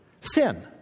sin